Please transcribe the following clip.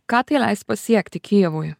ką tai leis pasiekti kijevui